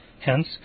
hence